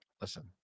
Listen